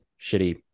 shitty